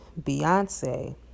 Beyonce